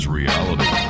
reality